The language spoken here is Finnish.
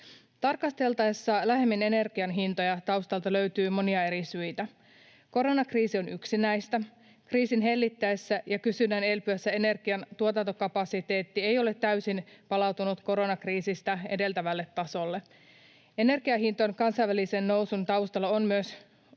Tarkasteltaessa lähemmin energian hintoja taustalta löytyy monia eri syitä. Koronakriisi on yksi näistä. Kriisin hellittäessä ja kysynnän elpyessä energian tuotantokapasiteetti ei ole täysin palautunut koronakriisiä edeltävälle tasolle. Energian hintojen kansainvälisen nousun taustalla voi